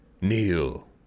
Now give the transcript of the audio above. kneel